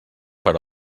per